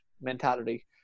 mentality